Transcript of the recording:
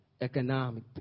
economic